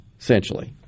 essentially